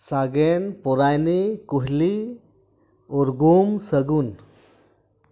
ᱥᱟᱜᱮᱱ ᱯᱚᱨᱟᱭᱱᱤ ᱠᱩᱦᱞᱤ ᱩᱨᱜᱩᱢ ᱥᱟᱹᱜᱩᱱ